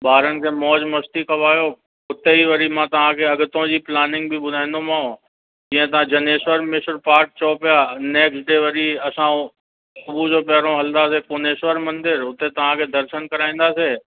ॿारनि खे मौज मस्ती कवायो हुते ई वरी मां तव्हांखे अॻितो जी प्लानिंग बि ॿुधाईंदोमांव जीअं तव्हां जनेश्वर पार्क चओ पिया नेक्स्ट डे वरी असां उहो सुबुह जो पहिरियों हलंदासीं पुनेश्वर मंदरु हुते तव्हांखे दर्शन कराईंदासीं